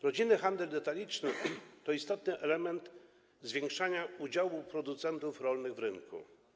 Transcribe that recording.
Rodzinny handel detaliczny to istotny element zwiększania udziału producentów rolnych w rynku.